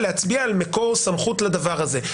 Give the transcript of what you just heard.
להצביע על מקור סמכות לדבר הזה.